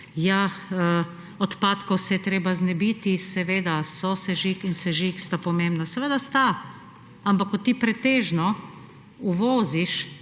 odpadkov se je treba znebiti. Seveda sosežig in sežig sta pomembna. Seveda sta, ampak ko ti pretežno uvoziš